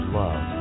love